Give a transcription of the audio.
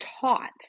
taught